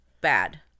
bad